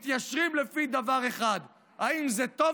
מתיישרים לפי דבר אחד: האם זה טוב